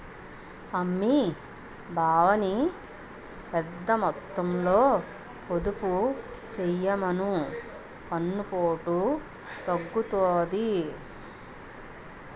అమ్మీ బావని పెద్దమొత్తంలో పొదుపు చెయ్యమను పన్నుపోటు తగ్గుతాది